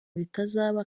bitazaba